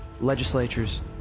legislatures